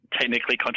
technically